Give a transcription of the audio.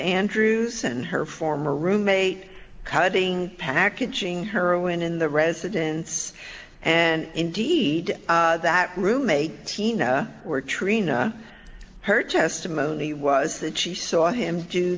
andrews and her former roommate cutting packaging heroin in the residence and indeed that roommate tina were trina her testimony was that she saw him do